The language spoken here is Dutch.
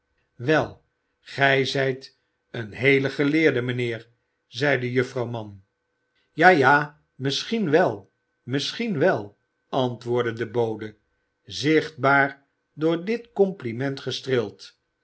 wel gij zijt een heele geleerde mijnheer zeide juffrouw mann ja ja misschien wel misschien wel antwoordde de bode zichtbaar door dit compliment gestreeld